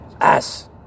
ass